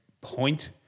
point